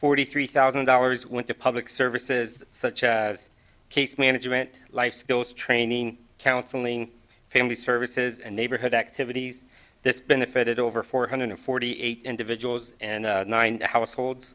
forty three thousand dollars went to public services such as case management life skills training counseling family services and neighborhood activities this benefited over four hundred forty eight individuals and nine households